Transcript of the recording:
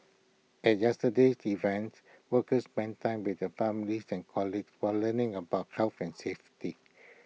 at yesterday's events workers spent time with their families and colleagues while learning about health and safety